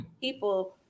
people